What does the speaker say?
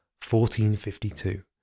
1452